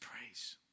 praise